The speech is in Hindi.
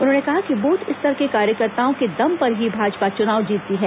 उन्होंने कहा कि बूथ स्तर के कार्यकर्ताओं के दम पर ही भाजपा च्नाव जीतती है